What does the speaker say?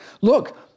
look